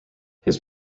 his